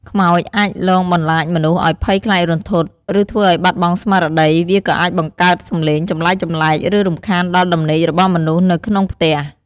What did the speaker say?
ខ្មោចអាចលងបន្លាចមនុស្សឱ្យភ័យខ្លាចរន្ធត់ ឬធ្វើឱ្យបាត់បង់ស្មារតី វាក៏អាចបង្កើតសំឡេងចម្លែកៗ ឬរំខានដល់ដំណេករបស់មនុស្សនៅក្នុងផ្ទះ។